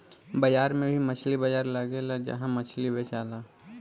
बाजार में भी मछली बाजार लगेला जहा मछली बेचाले